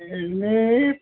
এনে এই